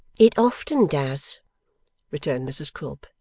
it often does returned mrs quilp,